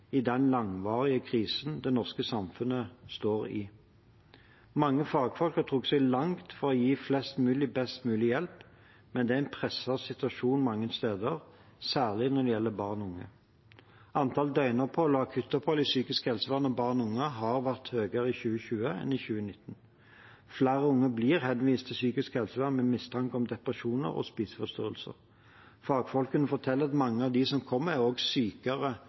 i den langvarige krisen det norske samfunnet står i. Mange fagfolk har strukket seg langt for å gi flest mulig best mulig hjelp, men det er en presset situasjon mange steder, særlig når det gjelder barn og unge. Antall døgnopphold og akuttopphold i psykisk helsevern av barn og unge har vært høyere i 2020 enn i 2019. Flere unge blir henvist til psykisk helsevern med mistanke om depresjoner og spiseforstyrrelser. Fagfolkene forteller at mange av dem som kommer, også er sykere